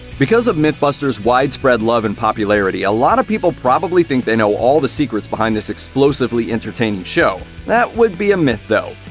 because of mythbusters' widespread love and popularity, a lot of people probably think they know all the secrets behind this explosively entertaining show. that would be a myth, though.